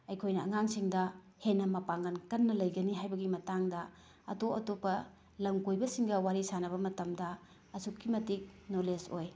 ꯑꯩꯈꯣꯏꯅ ꯑꯉꯥꯡꯁꯤꯡꯗ ꯍꯦꯟꯅ ꯃꯄꯥꯡꯒꯟ ꯀꯟꯅ ꯂꯩꯒꯅꯤ ꯍꯥꯏꯕꯒꯤ ꯃꯇꯥꯡꯗ ꯑꯇꯣꯞ ꯑꯇꯣꯞꯄ ꯂꯝ ꯀꯣꯏꯕꯁꯤꯡꯒ ꯋꯥꯔꯤ ꯁꯥꯟꯅꯕ ꯃꯇꯝꯗ ꯑꯁꯨꯛꯀꯤ ꯃꯇꯤꯛ ꯅꯣꯂꯦꯖ ꯑꯣꯏ